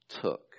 took